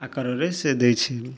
ଆକାରରେ ସେ ଦେଇଛି